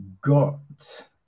got